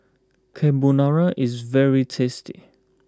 Carbonara is very tasty